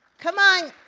come on,